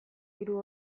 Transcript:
hiru